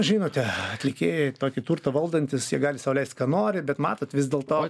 žinote atlikėjai tokį turtą valdantys jie gali sau leist ką nori bet matot vis dėl to